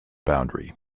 boundary